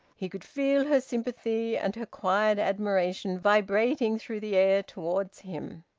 he could feel her sympathy and her quiet admiration vibrating through the air towards him.